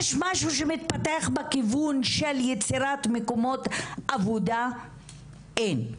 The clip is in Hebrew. יש משהו שמתפתח בכיוון של יצירת מקומות עבודה - אין.